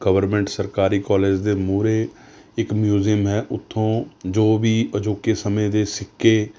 government ਸਰਕਾਰੀ college ਦੇ ਮੂਹਰੇ ਇੱਕ ਮਿਊਜ਼ੀਅਮ ਹੈ ਉੱਥੋਂ ਜੋ ਵੀ ਅਜੋਕੇ ਸਮੇਂ ਦੇ ਸਿੱਕੇ